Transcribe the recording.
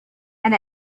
and